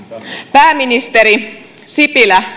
pääministeri sipilä